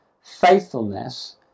faithfulness